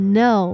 no